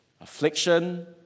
affliction